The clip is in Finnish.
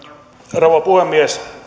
rouva puhemies